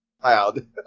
cloud